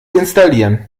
installieren